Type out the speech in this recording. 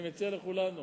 אני מציע לכולנו